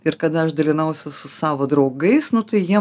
ir kada aš dalinausi su savo draugais nu tai jie